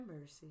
mercy